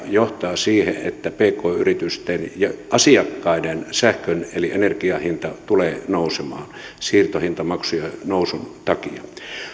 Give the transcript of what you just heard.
johtaa siihen että pk yritysten ja asiakkaiden sähkön eli energian hinta tulee nousemaan siirtohintamaksujen nousun takia